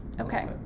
Okay